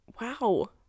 wow